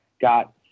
got